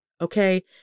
okay